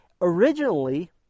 Originally